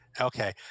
Okay